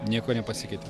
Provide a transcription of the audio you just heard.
niekuo nepasikeitė